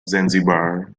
zanzibar